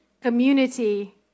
Community